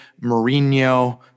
Mourinho